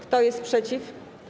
Kto jest przeciw?